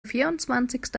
vierundzwanzigste